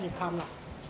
income lah